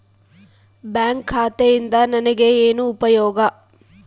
Bank ಖಾತೆಯಿಂದ ನನಗೆ ಏನು ಉಪಯೋಗ?